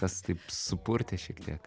kas taip supurtė šiek tiek